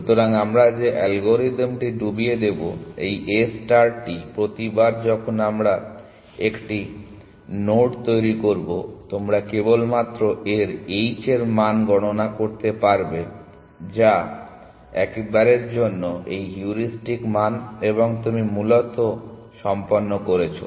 সুতরাং আমরা যে অ্যালগরিদমটি ডুবিয়ে দেব এই A starটি প্রতিবার যখন আমরা একটি নোড তৈরি করব তোমরা কেবলমাত্র এর h মান গণনা করতে পারবে যা একবারের জন্য এই হিউরিস্টিক মান এবং তুমি মূলত সম্পন্ন করেছো